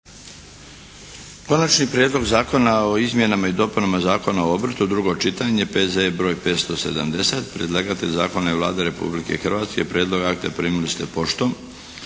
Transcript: Konačni prijedlog Zakona o izmjenama i dopunama Zakona o obrtu, drugo čitanje P.Z.E. br. 570 Predlagatelj zakona je Vlada Republike Hrvatske. Prijedlog akta primili ste poštom.